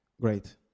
Great